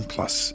Plus